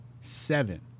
Seven